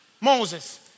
Moses